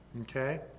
Okay